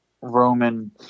Roman